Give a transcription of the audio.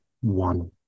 one